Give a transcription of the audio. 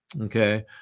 Okay